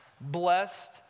Blessed